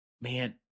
Man